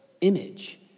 image